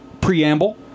preamble